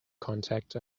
contact